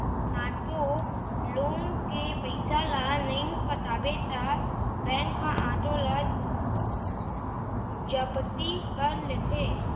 auto loan के पइसा ल नइ पटाबे त बेंक ह आटो ल जब्ती कर लेथे